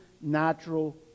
natural